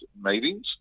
meetings